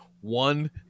one